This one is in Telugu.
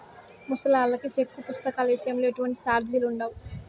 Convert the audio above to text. ముసలాల్లకి సెక్కు పుస్తకాల ఇసయంలో ఎటువంటి సార్జిలుండవు